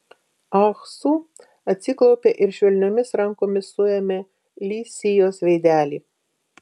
ah su atsiklaupė ir švelniomis rankomis suėmė li sijos veidelį